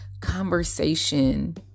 conversation